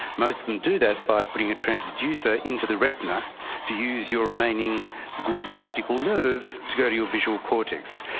most of them do that by putting a transducer into the retina to use your remaining good optical nerve to go to your visual cortex.